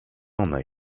ona